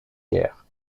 guerre